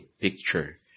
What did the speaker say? picture